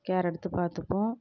care எடுத்து பார்த்துப்போம்